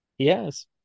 Yes